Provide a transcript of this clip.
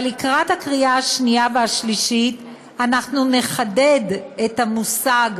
אבל לקראת קריאה שנייה ושלישית אנחנו נחדד את המושג